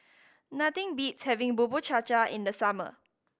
nothing beats having Bubur Cha Cha in the summer